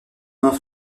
mains